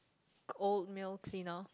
old male cleaner